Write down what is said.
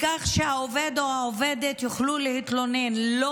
כך שהעובד או העובדת יוכלו להתלונן לא